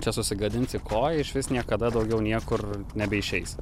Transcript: čia susigadinsi koją išvis niekada daugiau niekur nebeišeisi